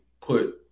put